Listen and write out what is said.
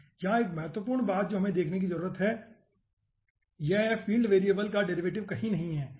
यहां एक महत्वपूर्ण बात जो हमें देखने की जरूरत है वह यह है कि फील्ड वेरिएबल का डेरिवेटिव कहीं नहीं है